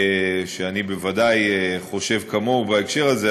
ואני בוודאי חושב כמוהו בהקשר הזה,